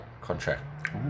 contract